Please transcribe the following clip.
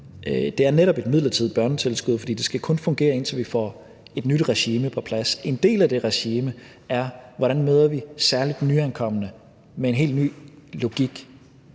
det er netop et midlertidigt børnetilskud, fordi det kun skal fungere, indtil vi får et nyt regime på plads. En del af det regime er: Hvordan møder vi særlig nyankomne med en helt ny logik?